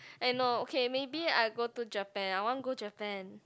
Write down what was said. I know okay maybe I go to Japan I want go Japan